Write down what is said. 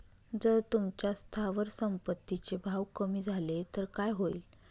जर तुमच्या स्थावर संपत्ती चे भाव कमी झाले तर काय होईल?